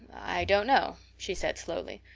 i don't know, she said slowly.